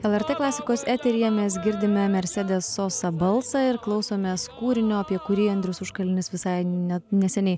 lrt klasikos eteryje mes girdime mersedes sosa balsą ir klausomės kūrinio apie kurį andrius užkalnis visai ne neseniai